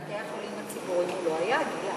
בבתי-החולים הציבוריים לא היה, גילה.